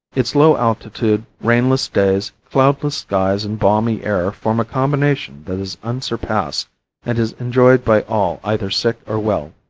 its low altitude, rainless days, cloudless skies and balmy air form a combination that is unsurpassed and is enjoyed by all either sick or well.